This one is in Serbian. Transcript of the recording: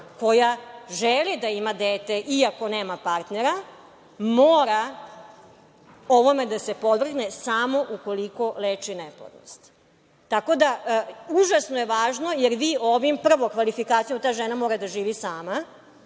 koja želi da ima dete, iako nema partnera, mora ovome da se podvrgne samo ukoliko leči neplodnost. Tako da, užasno je važno, jer vi ovim, prvo kvalifikacijom da ta žena mora da živi sama,